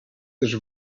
też